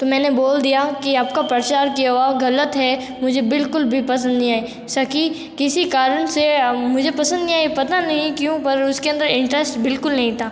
तो मैंने बोल दिया कि आपका प्रचार किया हुआ ग़लत है मुझे बिल्कुल भी पसंद नहीं आई सखी किसी कारण से मुझे पसंद नहीं आई पता नहीं क्यों पर उसके अंदर इंटरेस्ट बिल्कुल नहीं था